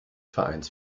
vereins